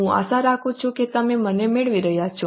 હું આશા રાખું છું કે તમે મને મેળવી રહ્યા છો